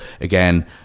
again